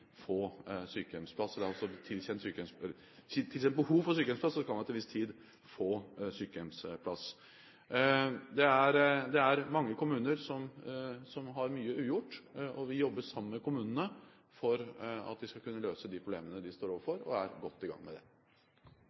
få sykehjemsplass. Det er mange kommuner som har mye ugjort, og vi jobber sammen med kommunene for at de skal kunne løse de problemene de står overfor, og er godt i gang med det.